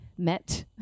met